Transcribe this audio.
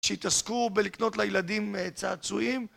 שהתעסקו בלקנות לילדים צעצועים